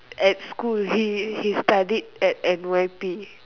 at school he he studied at N_Y_P